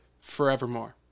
forevermore